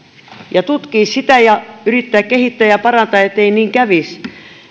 ja tutkia sitä ja yrittää kehittää ja parantaa ettei niin kävisi